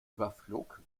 überflog